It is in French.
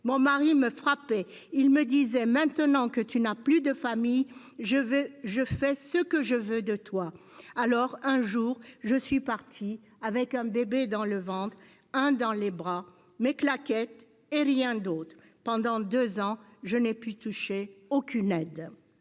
Mon mari me frappait. Il me disait " Maintenant que tu n'as plus ta famille, je fais ce que je veux de toi ". Alors un jour, je suis partie avec un bébé dans le ventre, un dans les bras, mes claquettes et rien d'autre. Pendant deux ans, je n'ai pu toucher aucune aide.